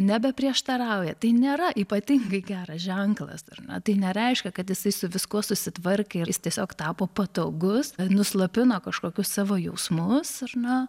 nebeprieštarauja tai nėra ypatingai geras ženklas ar tai nereiškia kad jisai su viskuo susitvarkė ir jis tiesiog tapo patogus nuslopina kažkokius savo jausmus ar ne